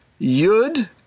Yud